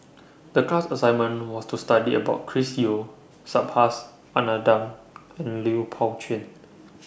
The class assignment was to study about Chris Yeo Subhas Anandan and Lui Pao Chuen